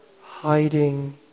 Hiding